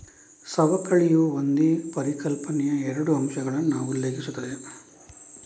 ಸವಕಳಿಯು ಒಂದೇ ಪರಿಕಲ್ಪನೆಯ ಎರಡು ಅಂಶಗಳನ್ನು ಉಲ್ಲೇಖಿಸುತ್ತದೆ